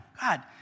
God